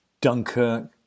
dunkirk